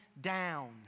down